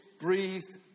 breathed